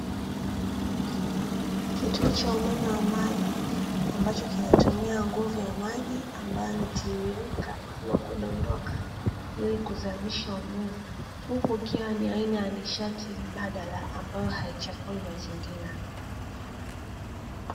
Kituo cha umeme wa maji, ambacho kinachotumia nguvu ya maji ambayo yanatiririka au kudondoka, ili kuzalisha umeme, huku ikiwa ni nishati mbadala ambayo haichafui mazingira.